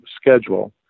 schedule